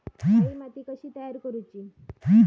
काळी माती कशी तयार करूची?